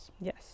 Yes